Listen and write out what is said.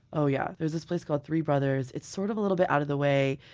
oh, yeah. there's this place called three brothers. it's sort of a little bit out of the way.